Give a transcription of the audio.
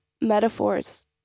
metaphors